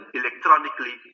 electronically